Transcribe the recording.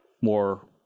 more